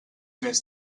més